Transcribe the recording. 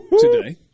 today